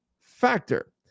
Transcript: Factor